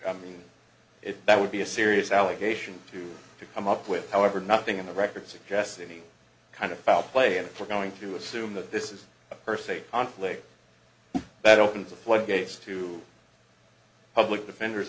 i mean it that would be a serious allegation to come up with however nothing in the record suggests any kind of foul play and if we're going to assume that this is a person a conflict that opens the floodgates to public defenders